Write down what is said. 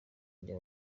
rya